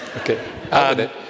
Okay